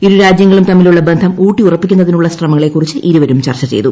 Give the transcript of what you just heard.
ഇരുരാജ്യങ്ങളും തമ്മിലുള്ള ബന്ധം ഉൌട്ടി ഉറപ്പിക്കുന്നതിനുള്ള ശ്രമങ്ങളെക്കുറിച്ച് ഇരുവരും ചർച്ച ചെയ്തു